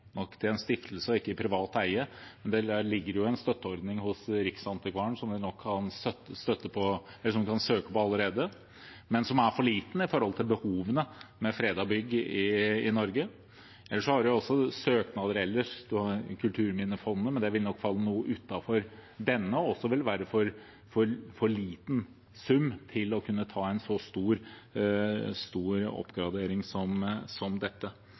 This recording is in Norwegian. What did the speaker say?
nok man skal se på hvor en sånn støtte skal ligge. Dette vil være et fredet bygg, riktignok til en stiftelse og ikke i privat eie. Det ligger en støtteordning hos Riksantikvaren som man kan søke på allerede, men den er for liten sett i forhold til behovene til fredede bygg i Norge. Ellers kan man søke Kulturminnefondet, men dette vil nok falle noe utenfor og vil også være en for liten sum til å kunne ta en så stor oppgradering som dette. Jeg synes dette er noe som